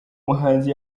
muhanzi